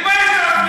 תתבייש בעצמך.